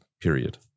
period